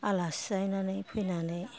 आलासि जायैनानै फैनानै